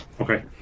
Okay